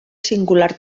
singular